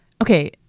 okay